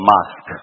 Mask